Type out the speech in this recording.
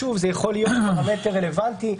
זה יכול להיות פרמטר רלוונטי.